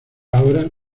ahora